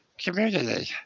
community